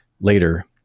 later